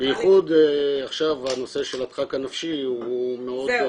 בייחוד עכשיו הנושא של הדחק הנפשי --- זהו,